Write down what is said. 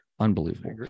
Unbelievable